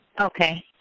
Okay